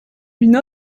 une